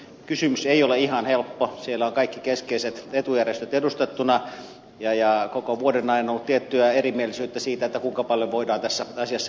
kysymys ei ole ihan helppo siellä ovat kaikki keskeiset etujärjestöt edustettuina ja koko vuoden ajan on ollut tiettyä erimielisyyttä siitä kuinka paljon voidaan tässä asiassa mennä eteenpäin